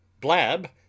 Blab